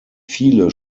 viele